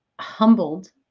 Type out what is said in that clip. humbled